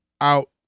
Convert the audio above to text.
out